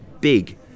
big